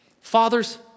Fathers